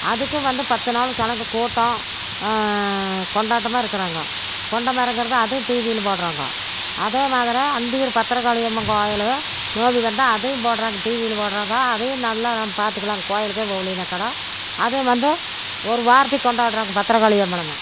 அதுக்கும் வந்து பத்து நாள் ஜனங்கள் கூட்டம் கொண்டாட்டமாக இருக்கிறாங்கோ குண்டம் இறங்கிறது அதுவும் டிவியில் போடுகிறாங்கோ அதே மாதிரி அந்தியூர் பத்திரகாளியம்மன் கோயில் நோம்பு வந்தால் அதையும் போடுகிறாங்க டிவியில் போடுகிறாங்கோ அதையும் நல்லா நாம் பார்த்துக்கலாங் கோயிலுக்கே போகலின்னாக்கூட அதுவும் வந்து ஒரு வாரத்துக்கு கொண்டாடுகிறாங்க பத்திரகாளியம்மன அம்மனையும்